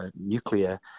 nuclear